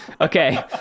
Okay